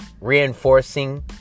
reinforcing